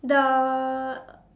the